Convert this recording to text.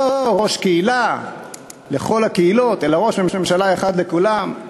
לא ראש קהילה לכל הקהילות אלא ראש ממשלה אחד לכולם,